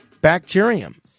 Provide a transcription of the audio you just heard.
bacterium